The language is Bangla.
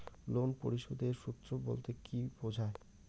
লোন পরিশোধের সূএ বলতে কি বোঝায়?